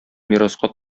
мираска